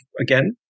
again